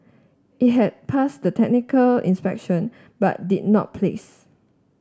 it had passed the technical inspection but did not place